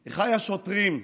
כולנו, אחיי השוטרים,